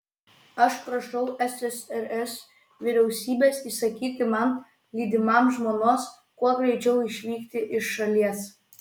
aš prašau ssrs vyriausybės įsakyti man lydimam žmonos kuo greičiau išvykti iš šalies